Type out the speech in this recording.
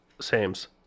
same's